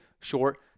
short